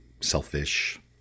selfish